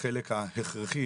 החלק ההכרחי